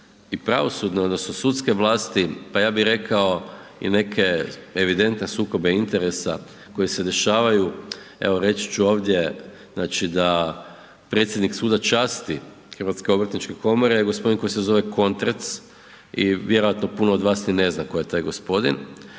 i pravosudne, odnosno sudske vlasti, pa ja bih rekao i neke evidentne sukobe interesa koji se dešavaju. Evo reći ću ovdje znači da predsjednik Suda časti Hrvatske obrtničke komore je gospodin koji se zove Kontrec i vjerojatno puno od vas ni ne zna tko je taj gospodin